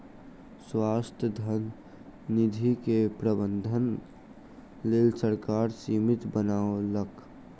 स्वायत्त धन निधि के प्रबंधनक लेल सरकार समिति बनौलक